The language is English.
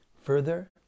Further